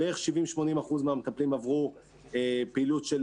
בערך 70% 80% מהמטפלים עברו פעילות של